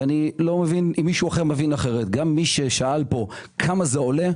לכן לא מעניין כמה זה עולה.